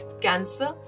cancer